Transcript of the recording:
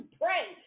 pray